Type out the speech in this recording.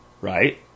Right